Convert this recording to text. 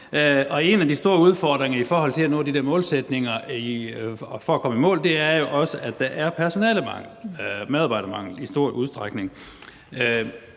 En af de store udfordringer i forhold til at nå målsætningerne er, at der er personalemangel, medarbejdermangel i stor udstrækning.